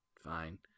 fine